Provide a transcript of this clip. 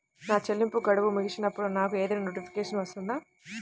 నా చెల్లింపు గడువు ముగిసినప్పుడు నాకు ఏదైనా నోటిఫికేషన్ వస్తుందా?